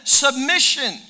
submission